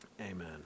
amen